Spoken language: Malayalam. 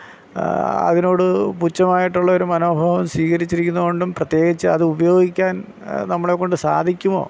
അതിനോട് പുച്ഛം ആയിട്ടുള്ള ഒരു മനോഭാവം സ്വീകരിച്ചിരിക്കുന്ന കൊണ്ടും പ്രത്യേകിച്ച് അത് ഉപയോഗിക്കാൻ നമ്മളെക്കൊണ്ട് സാധിക്കുമോ